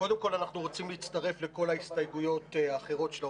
רוצים להצטרף לכל ההסתייגויות האחרות של האופוזיציה.